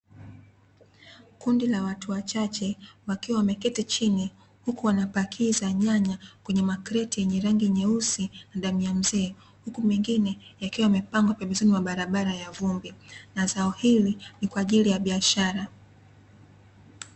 Kundi la watu wachache, wakiwa wameketi chini huku wanapakiza nyanya kwenye makreti yenye rangi nyeusi na damu ya mzee, huku mengine yakiwa yamepangwa pembezoni mwa barabara ya vumbi. Na zao hili ni kwaajili ya biashara.